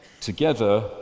together